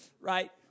Right